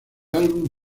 álbum